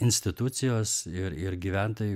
institucijos ir ir gyventojai